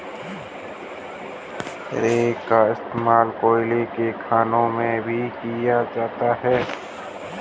rake का इश्तेमाल कोयले के खदानों में भी किया जाता है